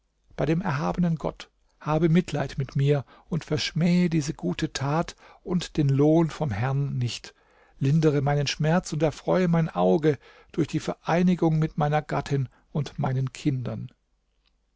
bei dem erhabenen gott habe mitleid mit mir und verschmähe diese gute tat und den lohn vom herrn nicht lindere meinen schmerz und erfreue mein auge durch die vereinigung mit meiner gattin und meinen kindern